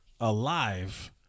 alive